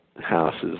House's